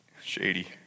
Shady